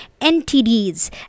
NTDs